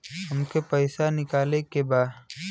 हमके पैसा निकाले के बा